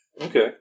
okay